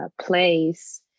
place